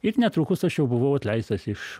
ir netrukus aš jau buvau atleistas iš